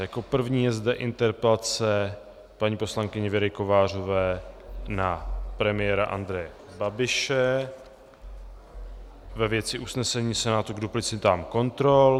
Jako první je zde interpelace paní poslankyně Věry Kovářové na premiéra Andreje Babiše ve věci usnesení Senátu k duplicitám kontrol.